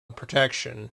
protection